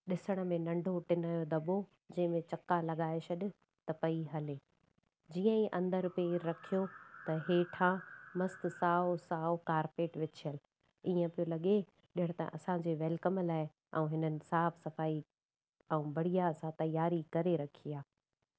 ॾिसण में नंढो टिन जो दॿो जंहिंमें चक्का लॻाए छॾि त पई हले जीअं ई अंदरु पेर रखियो त हेठां मस्तु साओ साओ कार्पेट विछियल ईअं पियो लॻे ॼण त असांजे वैलकम लाइ ऐं हिननि साफ़ सफ़ाई ऐं बढ़िया सां तयारी करे रखी आहे